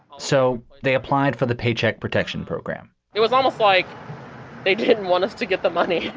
so they applied for the paycheck protection program. it was almost like they didn't want us to get the money.